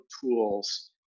tools